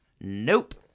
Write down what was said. Nope